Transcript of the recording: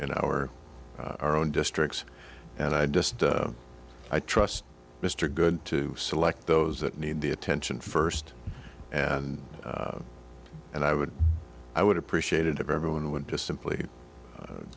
in our our own districts and i just i trust mr good to select those that need the attention first and and i would i would appreciate it if everyone would just simply